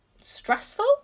stressful